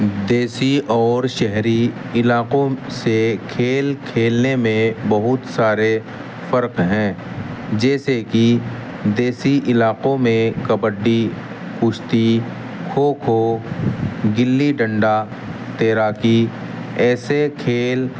دیسی اور شہری علاقوں سے کھیل کھیلنے میں بہت سارے فرق ہیں جیسے کہ دیسی علاقوں میں کبڈی کشتی کھوکھو گلی ڈنڈا تیراکی ایسے کھیل